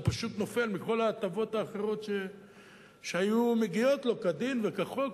הוא פשוט נופל מכל ההטבות האחרות שהיו מגיעות לו כדין וכחוק.